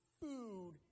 food